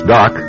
Doc